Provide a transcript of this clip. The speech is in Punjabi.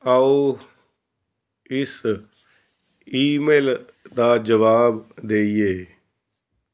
ਆਓ ਇਸ ਈਮੇਲ ਦਾ ਜਵਾਬ ਦਈਏ